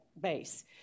base